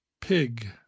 pig